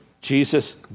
Jesus